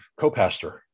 co-pastor